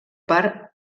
per